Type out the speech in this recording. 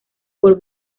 por